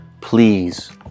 please